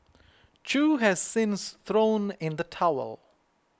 chew has since thrown in the towel